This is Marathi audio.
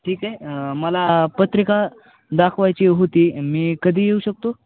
ठीक आहे मला पत्रिका दाखवायची होती मी कधी येऊ शकतो